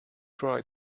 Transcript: fry